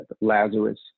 lazarus